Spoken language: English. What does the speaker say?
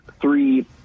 three